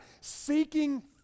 seeking